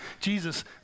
Jesus